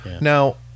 Now